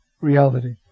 Reality